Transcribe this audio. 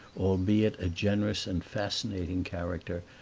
albeit a generous and fascinating character,